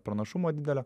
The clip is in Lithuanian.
pranašumo didelio